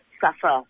suffer